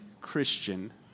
Christian